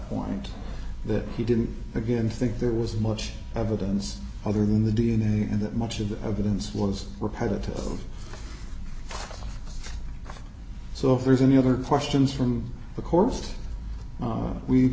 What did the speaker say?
point that he didn't again think there was much evidence other than the d n a and that much of the evidence was repetitive so if there's any other questions from the